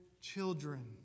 children